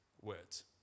Words